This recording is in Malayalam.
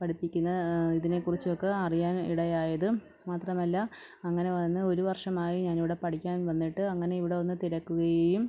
പഠിപ്പിക്കുന്ന ഇതിനെ കുറിച്ചുമൊക്കെ അറിയാൻ ഇടയായത് മാത്രമല്ല അങ്ങനെ വന്ന് ഒരു വർഷമായി ഞാൻ ഇവിടെ പഠിക്കാൻ വന്നിട്ട് അങ്ങനെ ഇവിടെ വന്ന് തിരക്കുകയും